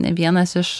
vienas iš